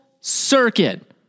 circuit